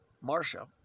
Marcia